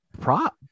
Prop